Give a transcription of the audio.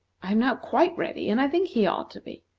i am now quite ready, and i think he ought to be.